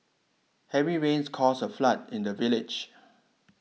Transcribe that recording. heavy rains caused a flood in the village